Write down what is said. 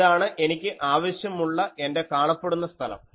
ഇതാണ് എനിക്ക് ആവശ്യമുള്ള എൻറെ കാണപ്പെടുന്ന സ്ഥലം